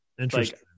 Interesting